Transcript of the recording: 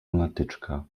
lunatyczka